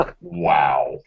wow